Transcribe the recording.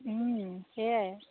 সেয়াই